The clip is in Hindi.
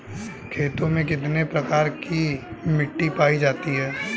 खेतों में कितने प्रकार की मिटी पायी जाती हैं?